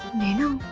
naina,